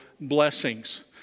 blessings